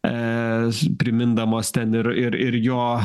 primindamos ten ir ir jo